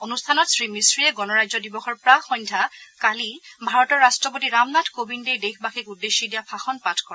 অনুষ্ঠানত শ্ৰীমিচ্ৰিয়ে গণৰাজ্য দিৱসৰ প্ৰাক সন্ধ্যা কালি ভাৰতৰ ৰাট্টপতি ৰামনাথ কোবিন্দে দেশ্যি দিয়া ভাষণ পাঠ কৰে